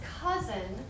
cousin